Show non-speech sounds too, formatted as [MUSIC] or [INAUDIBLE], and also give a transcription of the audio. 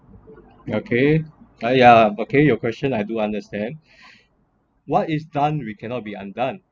okay !aiya! okay your question I do understand [BREATH] what is done we cannot be undone